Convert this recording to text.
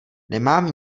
nemám